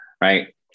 right